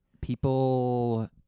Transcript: People